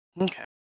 Okay